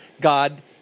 God